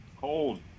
cold